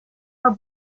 her